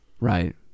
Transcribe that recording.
Right